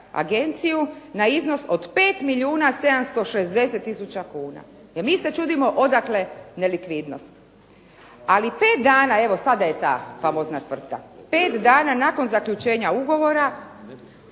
agenciju na iznos od 5 milijuna 760 tisuća kuna. I mi se čudimo odakle nelikvidnost. Ali 5 dana, evo sada je ta famozna tvrtka, 5 dana nakon zaključenja ugovora